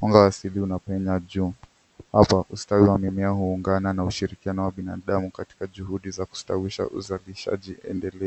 Mwanga wa asili unapenya juu. Hapa ustawi wa mimea huungana na ushirikiano wa binadamu katika juhudi za kustawisha uzalishaji endelevu.